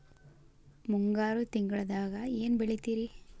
ಮುಂಗಾರು ತಿಂಗಳದಾಗ ಏನ್ ಬೆಳಿತಿರಿ?